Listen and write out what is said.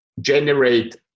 generate